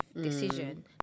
decision